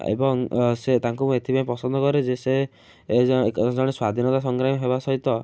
ଏବଂ ସେ ତାଙ୍କୁ ମୁଁ ଏଥିପାଇଁ ପସନ୍ଦ କରେ ଯେ ସେ ଏ ଯାଏଁ ଏକ ଜଣେ ସ୍ୱାଧୀନତା ସଂଗ୍ରାମୀ ହେବା ସହିତ